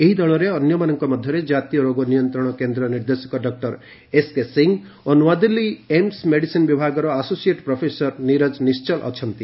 ଏହି ଦଳରେ ଅନ୍ୟମାନଙ୍କ ମଧ୍ୟରେ ଜାତୀୟ ରୋଗ ନିୟନ୍ତ୍ରଣ କେନ୍ଦ୍ର ନିର୍ଦ୍ଦେଶକ ଡକୁର ଏସ୍କେ ସିଂ ଓ ନୂଆଦିଲ୍ଲୀ ଏମ୍ସ ମେଡିସିନ୍ ବିଭାଗ ଆସୋସିଏଟ ପ୍ରଫେସର ନିରଜ ନିଶ୍ଚଳ ଅଛନ୍ତି